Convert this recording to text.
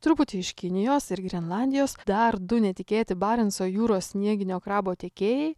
truputį iš kinijos ir grenlandijos dar du netikėti barenco jūros snieginio krabo tiekėjai